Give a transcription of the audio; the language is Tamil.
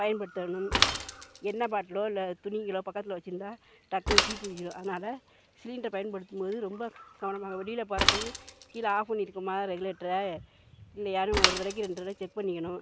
பயன்படுத்த வேணும் எண்ணெய் பாட்டிலோ இல்லை துணிகளோ பக்கத்தில் வெச்சுருந்தா டக்குன்னு தீப்பிடிச்சிடும் அதனால் சிலிண்ட்ரை பயன்படுத்தும் போது ரொம்ப கவனமாக வெளியில் போகிறப்பையும் கீழே ஆஃப் பண்ணியிருக்கோமா ரெகுலேட்டரை இல்லையான்னு ஒரு தடவைக்கி ரெண்டு தடவை செக் பண்ணிக்கணும்